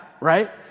right